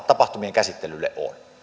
tapahtumien käsittelylle myönnän